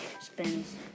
spins